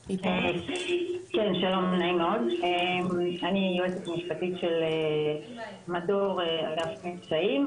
שלום, אני היועצת המשפטית של מדור אגף מבצעים.